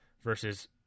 versus